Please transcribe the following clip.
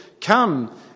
come